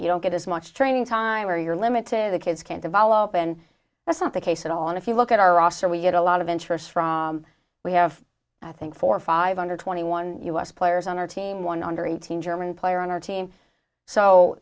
you don't get as much training time or your limit to the kids can develop and that's not the case at all and if you look at our roster we get a lot of interest from we have i think four or five hundred twenty one u s players on our team one under eighteen german player on our team so